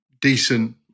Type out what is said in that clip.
decent